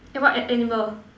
eh what an~ animal